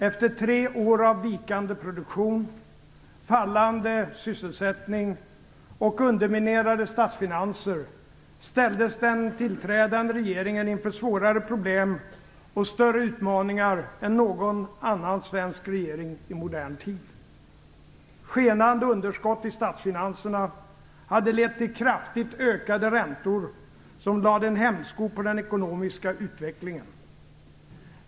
Efter tre år av vikande produktion, fallande sysselsättning och underminerade statsfinanser ställdes den tillträdande regeringen inför svårare problem och större utmaningar än någon annan svensk regering i modern tid. Skenande underskott i statsfinanserna hade lett till kraftigt ökade räntor, som lade en hämsko på den ekonomiska utvecklingen.